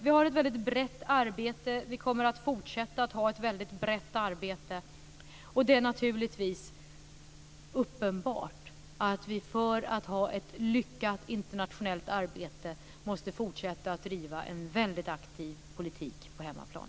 Vi har ett väldigt brett arbete, och vi kommer att fortsätta att ha ett väldigt brett arbete. Det är naturligtvis uppenbart att vi för att ha ett lyckat internationellt arbete måste fortsätta att driva en väldigt aktiv politik på hemmaplan.